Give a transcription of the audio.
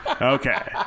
Okay